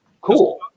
cool